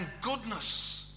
goodness